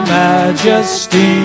majesty